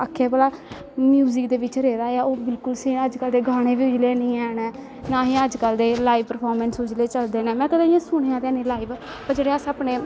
आक्खै भला म्यूजिक दै बिच्च रेह्दा ऐ बिल्कुल अज कल दे गाने बी उऐ जेह् नी हैन नै ना अज कल लाईव पर्फामैंस उसले दे चलदे नै में कदैं सुनेआं ते नी लाईव व जेह्ड़े अस अपने